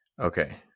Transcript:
okay